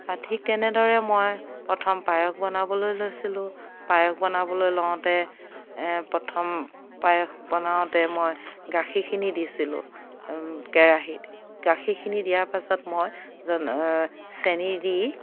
আৰু ঠিক তেনেদৰে মই প্ৰথম পায়স বনাবলৈ লৈছিলোঁ পায়স বনাবলৈ লওঁতে প্ৰথম পায়স বনাওঁতে মই গাখীৰখিনি দিছিলোঁ কেৰাহীত গাখীৰখিনি দিয়াৰ পাছত মই চেনী দি